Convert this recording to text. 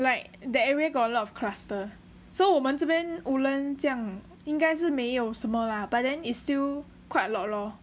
like that area got a lot of cluster so 我我们这边 woodlands 这样应该是没有什么 lah but then is still quite lot lor